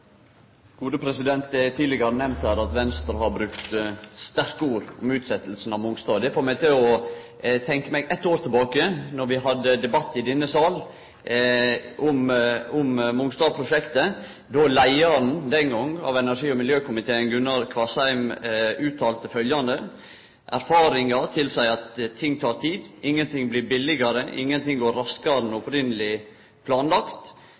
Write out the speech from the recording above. tidlegare nemnt her at Venstre har brukt sterke ord om utsetjinga av reinsing på Mongstad. Det får meg til å tenkje eitt år tilbake då vi hadde debatt i denne salen om Mongstad-prosjektet, og dåverande leiar av energi- og miljøkomiteen, Gunnar Kvassheim, uttalte at «erfaringene tilsier at ting tar tid». Vidare: «Ingenting blir billigere og ingenting går raskere enn opprinnelig planlagt.»